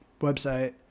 website